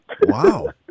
wow